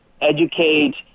educate